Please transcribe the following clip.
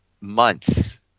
months